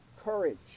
courage